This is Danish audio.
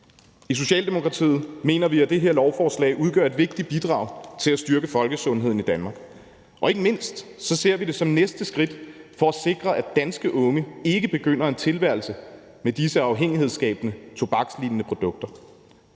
I Socialdemokratiet mener vi, at det her lovforslag udgør et vigtigt bidrag til at styrke folkesundheden i Danmark, og ikke mindst ser vi det som næste skridt taget for at sikre, at danske unge ikke begynder en tilværelse med disse afhængighedsskabende tobakslignende produkter.